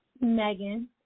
Megan